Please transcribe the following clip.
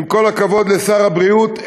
עם כל הכבוד לשר הבריאות,